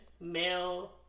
male